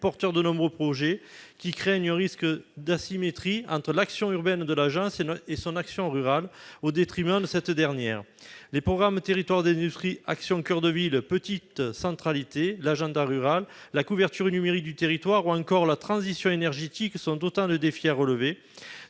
porteurs de nombreux projets qui craignent risque d'asymétrie entre l'action urbaine de l'agence et son action au détriment de cette dernière, les programmes territoire d'dénutris Action coeur de ville petite centralité l'agenda rurales la couverture numérique du territoire ou encore la transition énergétique sont autant de défis à relever